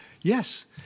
Yes